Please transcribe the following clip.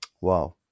Wow